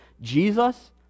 Jesus